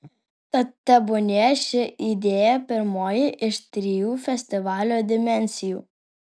tad tebūnie ši idėja pirmoji iš trijų festivalio dimensijų